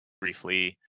briefly